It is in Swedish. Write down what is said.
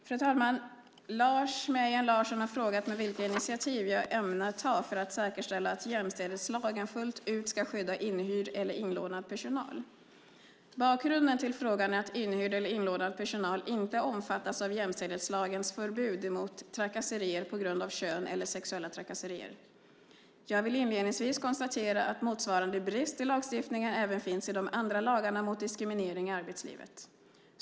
Fru talman! Lars Mejern Larsson har frågat mig vilka initiativ jag ämnar ta för att säkerställa att jämställdhetslagen fullt ut ska skydda inhyrd eller inlånad personal. Bakgrunden till frågan är att inhyrd eller inlånad personal inte omfattas av jämställdhetslagens förbud mot trakasserier på grund av kön eller sexuella trakasserier. Jag vill inledningsvis konstatera att motsvarande brist i lagstiftningen även finns i de andra lagarna mot diskriminering i arbetslivet.